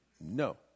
No